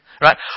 right